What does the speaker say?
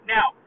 Now